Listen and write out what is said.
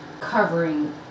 covering